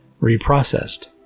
reprocessed